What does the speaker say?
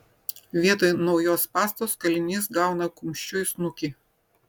vietoj naujos pastos kalinys gauna kumščiu į snukį